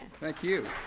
thank you.